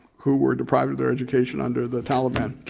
who were deprived of their education under the taliban.